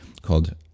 called